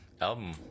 album